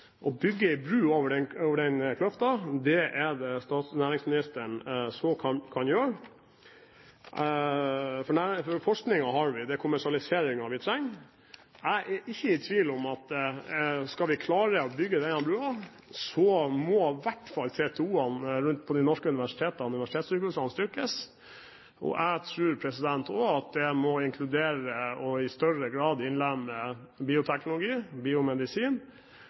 bygge en bro over den kløften, er næringsministeren. Forskningen har vi, det er kommersialiseringen vi trenger. Jeg er ikke i tvil om at skal vi klare å bygge denne broen, må i hvert fall TTO-ene rundt på de norske universitetene og universitetssykehusene styrkes. Jeg tror også at det må inkludere og i større grad innlemme bioteknologi og biomedisin